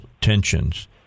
tensions